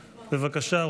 בבקשה,